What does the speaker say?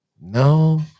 No